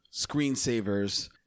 screensavers